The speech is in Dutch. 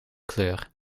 kleur